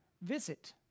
visit